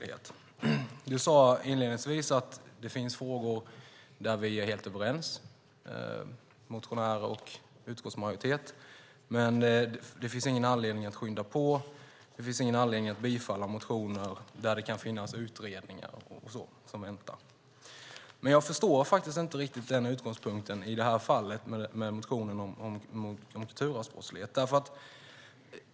Peder sade inledningsvis att det finns frågor där motionärer och utskottsmajoritet är helt överens, men det finns ingen anledning att skynda på och det finns ingen anledning att bifalla motioner där det finns utredningar som väntar. Jag förstår faktiskt inte riktigt den utgångspunkten i fallet med motionen om kulturarvsbrott.